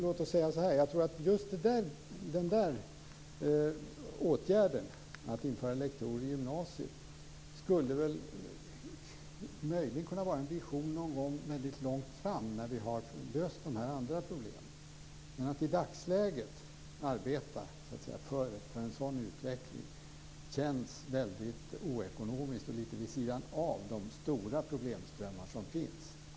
Låt mig säga att åtgärden att införa lektorer i gymnasiet väl möjligen skulle kunna vara en vision någon gång långt fram när de andra problemen är lösta. Men att i dagsläget arbeta för en sådan utveckling känns väldigt oekonomiskt och lite vid sidan av de stora problemströmmar som finns.